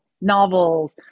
novels